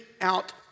out